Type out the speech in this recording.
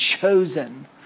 chosen